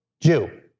Jew